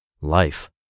Life